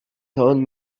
told